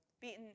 beaten